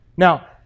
Now